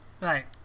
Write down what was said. Right